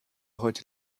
heute